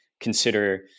consider